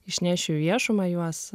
išnešiu į viešumą juos